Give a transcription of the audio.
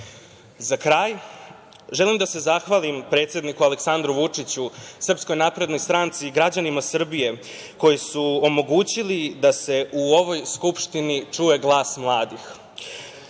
Za kraj želim da se zahvalim predsedniku Aleksandru Vučiću, SNS i građanima Srbije koji su omogućili da se u ovoj Skupštini čuje glas mladih.